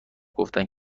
گفتند